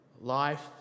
Life